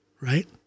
right